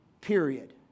Period